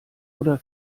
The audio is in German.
oder